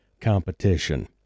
competition